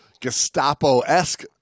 Gestapo-esque